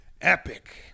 epic